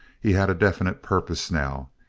he had a definite purpose, now.